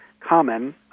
common